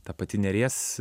ta pati neries